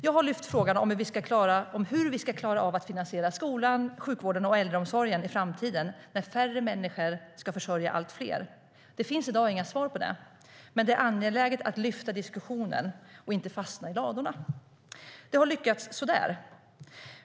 Jag har lyft frågan om hur vi ska klara av att finansiera skolan, sjukvården och äldreomsorgen i framtiden, när färre människor ska försörja allt fler. Det finns i dag inga svar på det, men det är angeläget att lyfta diskussionen och inte fastna i ladorna. Det har lyckats så där.